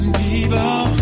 people